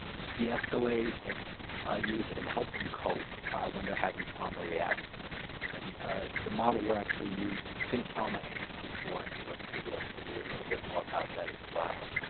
deescalate and ah youth and help them cope when they're having trauma reactions and it's the model we're actually using, think trauma and t four in new york city. i'll tell you a little bit more about that as well.